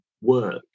work